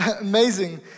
amazing